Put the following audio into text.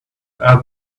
add